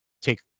take